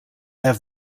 have